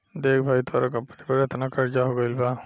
देख भाई तोरा कंपनी पर एतना कर्जा हो गइल बा